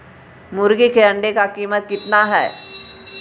मुर्गी के अंडे का कीमत कितना है?